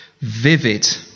vivid